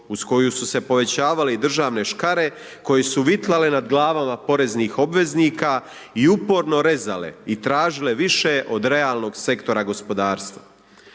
uz koju su se povećavale i državne škare koje su vitlale nad glavama poreznih obveznika i uporno rezale i tražile više od realnog sektora gospodarstva.